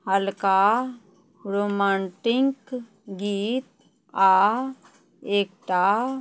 हल्का रोमांटिक गीत आओर एकटा